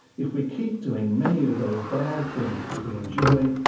if we keep doing many of those bad things that we enjoy,